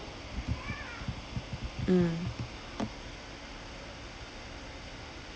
mm